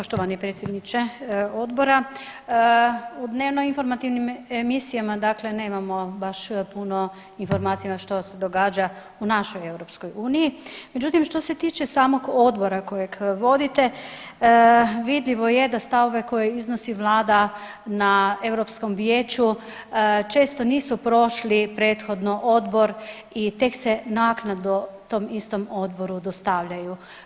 Poštovani predsjedniče odbora u dnevno informativnim emisijama dakle nemamo baš puno informacija što se događa u našoj EU, međutim što se tiče samog odbora kojeg vodite vidljivo je da stavove koje iznosi vlada na Europskom vijeću često nisu prošli prethodno odbor i tek se naknadno tom istom odboru dostavljaju.